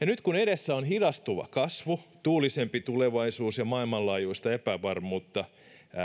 nyt kun edessä on hidastuva kasvu tuulisempi tulevaisuus ja maailmanlaajuista epävarmuutta